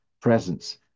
presence